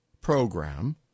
program